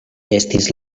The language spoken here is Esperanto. estis